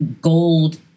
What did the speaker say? gold